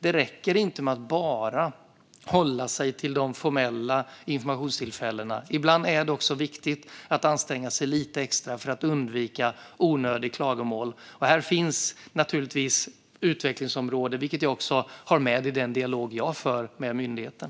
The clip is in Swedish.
Det räcker inte att bara hålla sig till de formella informationstillfällena. Ibland är det också viktigt att anstränga sig lite extra för att undvika onödiga klagomål. Här finns naturligtvis utvecklingsområden, vilket jag har med i den dialog jag för med myndigheten.